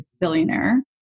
billionaire